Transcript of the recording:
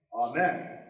Amen